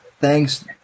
Thanks